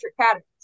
patterns